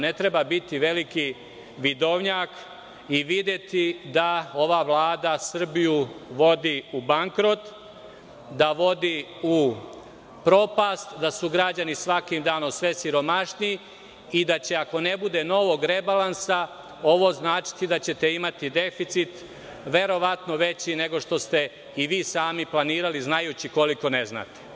Ne treba biti veliki vidovnjak i videti da ova vlada Srbiju vodi u bankrot, u propast, da su građani svakim danom sve siromašniji i da će, ako ne bude novog rebalansa, ovo značiti da ćete imati deficit verovatno veći nego što ste i vi sami planirali, znajući koliko ne znate.